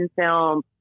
film